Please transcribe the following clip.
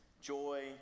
joy